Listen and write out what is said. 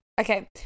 Okay